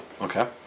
Okay